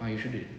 ah you shouldn't